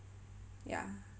yeah